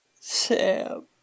Sam